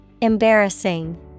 Embarrassing